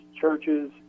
churches